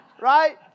Right